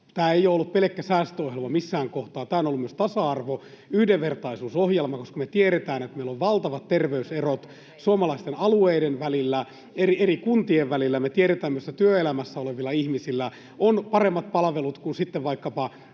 tämä ei ole ollut pelkkä säästöohjelma missään kohtaa. Tämä on ollut myös tasa-arvo- ja yhdenvertaisuusohjelma, koska me tiedämme, että meillä on valtavat terveyserot suomalaisten alueiden välillä, eri kuntien välillä. Me tiedetään, missä työelämässä olevilla ihmisillä on paremmat palvelut kuin vaikkapa